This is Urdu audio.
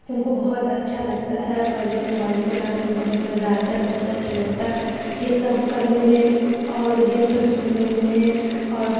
ہم کو بہت اچھا لگتا ہے اور موبائل چلانے میں بہت مزہ آتا ہے بہت اچھا لگتا ہے یہ سب کرنے میں اور یہ سب سننے میں اور